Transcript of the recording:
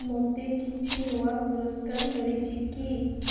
ମୋତେ କିଛି ନୂଆ ପୁରସ୍କାର ମିଳିଛି କି